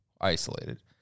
isolated